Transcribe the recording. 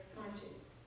conscience